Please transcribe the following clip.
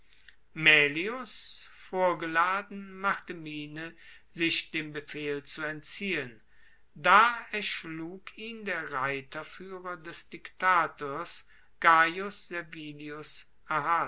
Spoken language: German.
maelius vorgeladen machte miene sich dem befehl zu entziehen da erschlug ihn der reiterfuehrer des diktators gaius